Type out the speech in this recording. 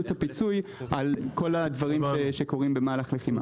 את הפיצוי על כל מה שקורה במהלך הלחימה.